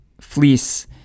fleece